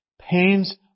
Pains